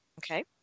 Okay